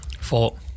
Four